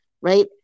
Right